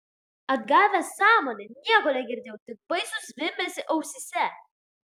atgavęs sąmonę nieko negirdėjau tik baisų zvimbesį ausyse